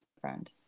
friend